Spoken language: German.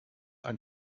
ein